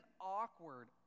awkward